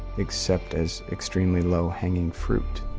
except as extremely low-hanging fruit.